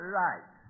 right